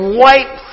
white